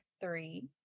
three